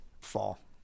fall